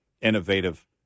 innovative